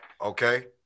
Okay